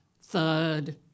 thud